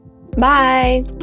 Bye